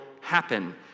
happen